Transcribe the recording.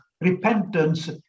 repentance